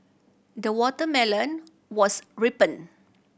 the watermelon was ripened